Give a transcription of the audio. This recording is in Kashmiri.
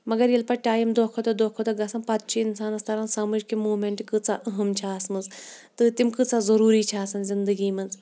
مگر ییٚلہِ پَتہٕ ٹایم دۄہ کھۄتہٕ دۄہ دۄہ کھۄتہٕ دۄہ گژھان پَتہٕ چھِ اِنسانَس تَران سَمٕج کہِ موٗمٮ۪نٛٹ کۭژاہ اہم چھِ آسمَژٕ تہٕ تِم کۭژاہ ضٔروٗری چھِ آسان زندگی منٛز